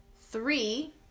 three